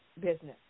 business